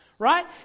Right